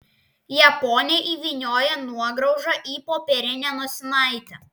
japonė įvynioja nuograužą į popierinę nosinaitę